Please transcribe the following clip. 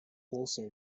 also